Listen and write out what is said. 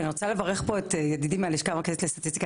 אני רוצה לברך פה את ידידי מהלשכה המרכזית לסטטיסטיקה,